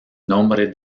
nombre